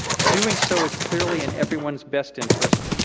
doing so is clearly in everyone's best interest,